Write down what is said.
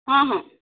ହଁ ହଁ